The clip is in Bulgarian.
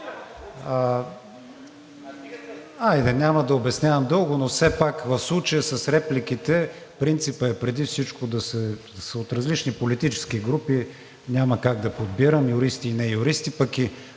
Хайде, няма да обяснявам дълго, но все пак в случая с репликите принципът е преди всичко да са от различни политически групи. Няма как да подбирам юристи и не-юристи, пък и